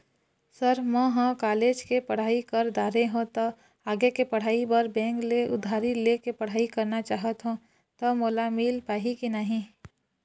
Sir म ह college के पढ़ाई कर दारें हों ता आगे के पढ़ाई बर बैंक ले उधारी ले के पढ़ाई करना चाहत हों ता मोला मील पाही की नहीं?